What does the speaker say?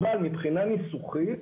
אבל מבחינה ניסוחית